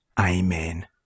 Amen